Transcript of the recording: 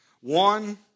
One